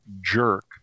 jerk